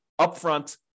upfront